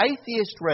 Atheist